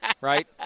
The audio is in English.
right